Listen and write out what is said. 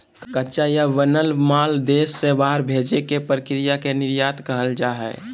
कच्चा या बनल माल देश से बाहर भेजे के प्रक्रिया के निर्यात कहल जा हय